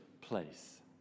place